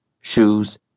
Shoes